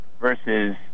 versus